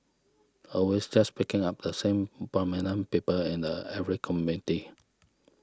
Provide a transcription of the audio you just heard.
always just picking up the same prominent people and a every committee